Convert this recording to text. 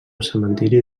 cementiri